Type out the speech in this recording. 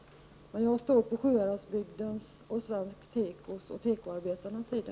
Jag står på Sjuhäradsbygdens, svensk tekos och tekoarbetarnas sida.